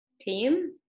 team